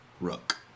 rook